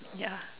yeah